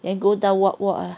then go down walk walk ah